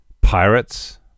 pirates